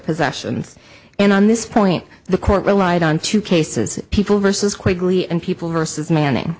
possessions and on this point the court relied on two cases people vs quickly and people versus manning